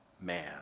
man